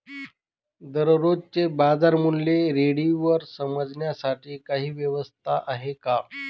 दररोजचे बाजारमूल्य रेडिओवर समजण्यासाठी काही व्यवस्था आहे का?